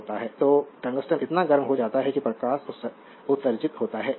तो टंगस्टन इतना गर्म हो जाता है कि प्रकाश उत्सर्जित होता है